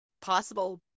possible